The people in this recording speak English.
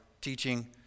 teaching